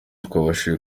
twabashije